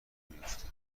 میافته